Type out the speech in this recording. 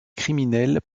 criminels